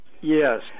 Yes